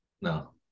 no